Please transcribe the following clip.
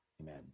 Amen